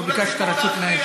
לא ביקשת רשות מהיושב-ראש.